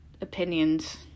opinions